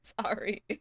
Sorry